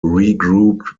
regrouped